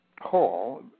hall